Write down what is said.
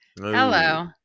hello